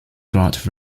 grant